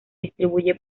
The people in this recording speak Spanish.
distribuye